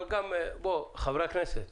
אבל גם, חברי הכנסת,